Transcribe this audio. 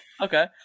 Okay